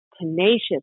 tenacious